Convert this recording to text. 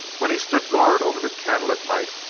when he stood guard over the cattle at night,